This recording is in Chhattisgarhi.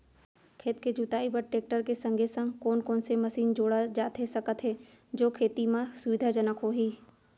खेत के जुताई बर टेकटर के संगे संग कोन कोन से मशीन जोड़ा जाथे सकत हे जो खेती म सुविधाजनक होही?